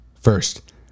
First